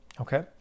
okay